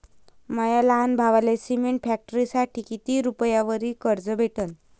माया लहान भावाले सिमेंट फॅक्टरीसाठी कितीक रुपयावरी कर्ज भेटनं?